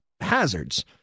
hazards